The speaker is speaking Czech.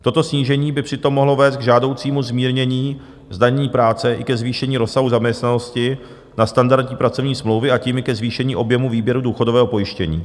Toto snížení by přitom mohlo vést k žádoucímu zmírnění zdanění práce i ke zvýšení rozsahu zaměstnanosti na standardní pracovní smlouvy, a tím i ke zvýšení objemu výběru důchodového pojištění.